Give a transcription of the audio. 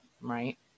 Right